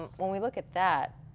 um when we look at that,